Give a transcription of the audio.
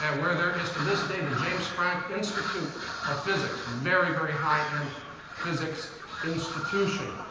and where there is to this day the james franck institute of physics. very, very high-end physics institution.